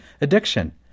addiction